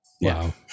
Wow